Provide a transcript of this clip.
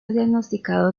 diagnosticado